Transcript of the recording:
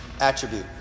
attribute